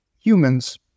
humans